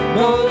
no